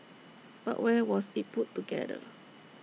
but where was IT put together